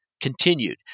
Continued